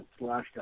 Slashdot